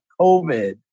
COVID